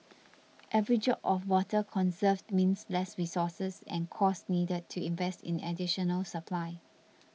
every drop of water conserved means less resources and costs needed to invest in additional supply